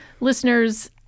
Listeners